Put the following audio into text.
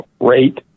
rate